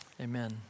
Amen